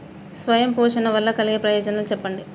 స్వయం పోషణ వల్ల కలిగే ప్రయోజనాలు చెప్పండి?